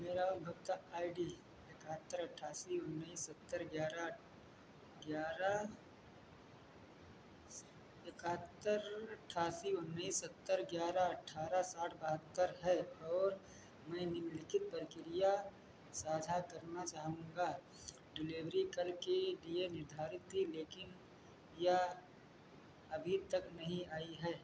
मेरा उपभोक्ता I D एकहत्तर अट्ठासी उन्नीस सत्तर ग्यारह ग्यारह एकहत्तर अट्ठासी उन्नीस सत्तर ग्यारह अठारह साठ बाहत्तर है और मैं निम्नलिखित प्रक्रिया साझा करना चाहूँगा डिलेभरी कल के लिए निर्धारित है लेकिन यह अभी तक नहीं आई है